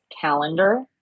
calendar